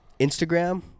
Instagram